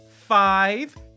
five